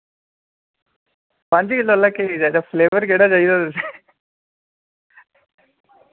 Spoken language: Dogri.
पंज किलो आह्ला केक चाहिदा फ्लेवर केह्ड़ा चाहिदा तुसें